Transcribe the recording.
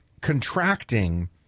contracting